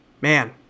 Man